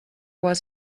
was